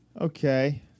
Okay